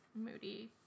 Moody